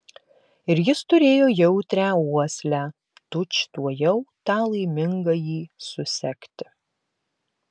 ir jis turėjo jautrią uoslę tučtuojau tą laimingąjį susekti